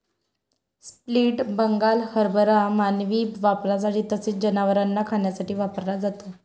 split Bengal हरभरा मानवी वापरासाठी तसेच जनावरांना खाण्यासाठी वापरला जातो